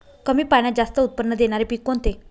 कमी पाण्यात जास्त उत्त्पन्न देणारे पीक कोणते?